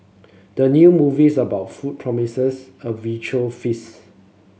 the new movies about food promises a visual feast